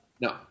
No